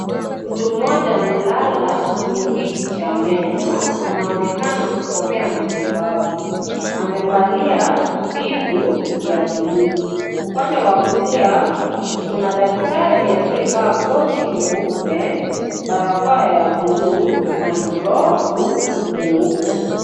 Mtu mmoja amelala kwenye kiti cha meno, anaonekana kupokea matibabu, amevalia bibu ya bulu upande wa kulia kuna daktari aliyevaa koti nyeupe, barakoa ya bulu na glovu nyeupe.